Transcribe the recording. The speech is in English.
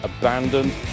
abandoned